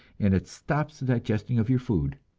and it stops the digesting of your food.